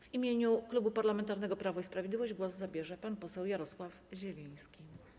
W imieniu Klubu Parlamentarnego Prawo i Sprawiedliwość głos zabierze pan poseł Jarosław Zieliński.